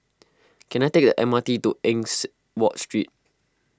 can I take the M R T to Eng Watt Street